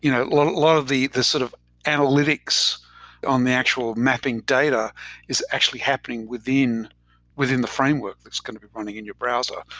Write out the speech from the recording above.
you know lot lot of the the sort of analytics on the actual mapping data is actually happening within within the framework that's going to be running in your browser,